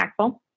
impactful